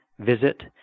visit